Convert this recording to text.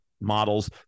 models